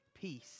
peace